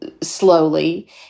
slowly